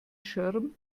schirm